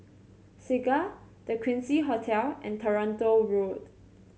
Segar The Quincy Hotel and Toronto Road